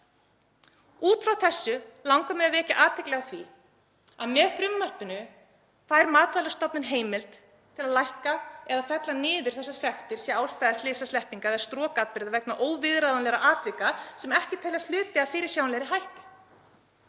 Út frá þessu langar mig að vekja athygli á því að með frumvarpinu fær Matvælastofnun heimild til að lækka eða fella niður þessar sektir, sé ástæða slysasleppingar eða strokatburða vegna óviðráðanlegra atvika sem ekki teljast hluti af fyrirsjáanlegri hættu.